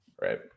Right